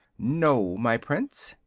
no, my prince.